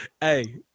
Hey